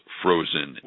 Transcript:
frozen